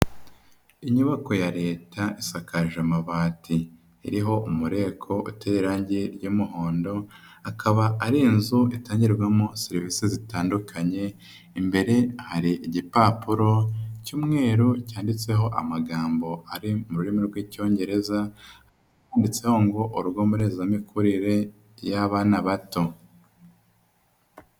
Inyubako ya Leta isakaje amabati, iriho umureko uteye irangi ry'umuhondo akaba ari inzu itangirwamo serivisi zitandukanye, imbere hari igipapuro cy'umweru cyanditseho amagambo ari mu rurimi rw'icyongereza ndetse ngo urugo mbonezamikurire y'abana bato.